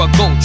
go